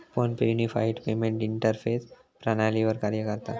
phone पे unified payment interface प्रणालीवर कार्य करता